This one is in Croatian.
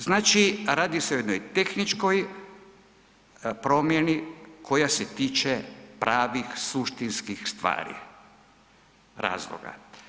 Znači, radi se o jednoj tehničkoj promjeni koja se tiče pravih, suštinskih stvari, razloga.